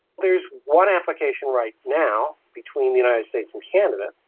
there's one application right now between the united states and canada,